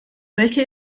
welche